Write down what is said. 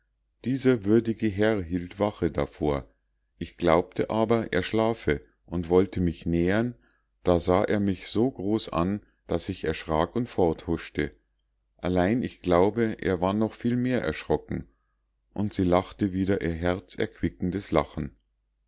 dieser würdige herr hielt wache davor ich glaubte aber er schlafe und wollte mich nähern da sah er mich so groß an daß ich erschrak und forthuschte allein ich glaube er war noch viel mehr erschrocken und sie lachte wieder ihr herzerquickendes lachen